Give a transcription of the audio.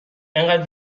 انقد